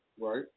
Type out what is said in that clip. Right